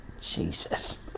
Jesus